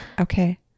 okay